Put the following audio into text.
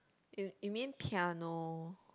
y~ you mean piano